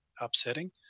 upsetting